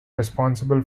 responsible